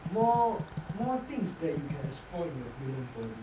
more more things that you can explore in your human body